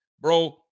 Bro